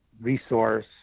resource